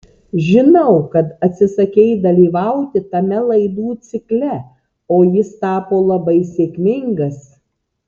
žinau kad atsisakei dalyvauti tame laidų cikle o jis tapo labai sėkmingas